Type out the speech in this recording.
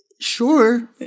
Sure